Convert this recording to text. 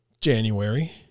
January